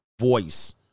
voice